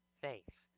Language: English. faith